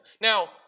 Now